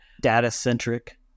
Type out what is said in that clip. data-centric